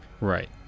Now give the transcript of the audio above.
Right